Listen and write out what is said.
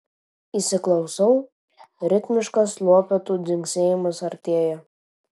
įsiklausau ritmiškas lopetų dzingsėjimas artėja